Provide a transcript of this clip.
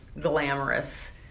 glamorous